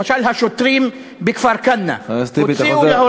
למשל השוטרים בכפר-כנא, חבר הכנסת טיבי, בבקשה.